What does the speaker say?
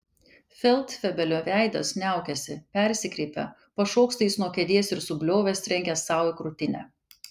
feldfebelio veidas niaukiasi persikreipia pašoksta jis nuo kėdės ir subliovęs trenkia sau į krūtinę